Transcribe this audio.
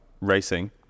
racing